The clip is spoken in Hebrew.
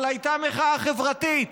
אבל הייתה מחאה חברתית,